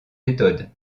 méthode